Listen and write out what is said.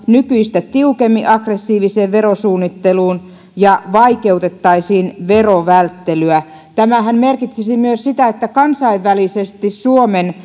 nykyistä tiukemmin aggressiiviseen verosuunnitteluun ja vaikeutettaisiin verovälttelyä tämähän merkitsisi myös sitä että kansainvälisesti suomen